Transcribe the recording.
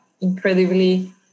incredibly